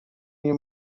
nie